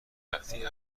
رفتی